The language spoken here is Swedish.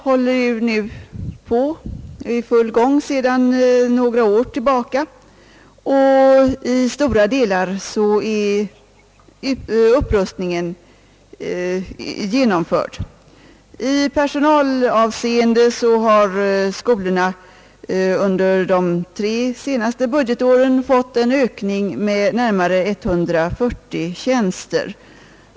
Upprustningen är i full gång sedan några år och är i stora delar genomförd. I personalavseende har skolorna under de tre senaste budgetåren fått en ökning med närmare 140 tjänster.